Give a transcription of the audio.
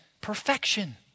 perfection